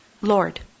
Lord